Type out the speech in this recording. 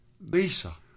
Lisa